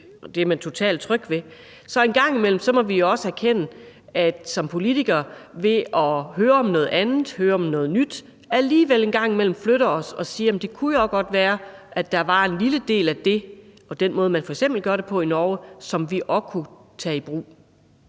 prøver noget andet. Så en gang imellem må vi jo også erkende, at vi som politikere – ved at høre om noget andet, høre om noget nyt – alligevel en gang imellem flytter os og siger: Jamen det kunne jo også godt være, at der var en lille del af den måde, man f.eks. gør det på i Norge, som vi også kunne tage i brug.